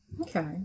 Okay